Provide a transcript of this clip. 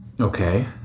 Okay